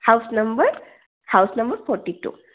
house number house number forty two